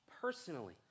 personally